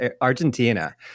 Argentina